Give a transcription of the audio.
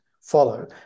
follow